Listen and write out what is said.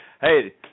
hey –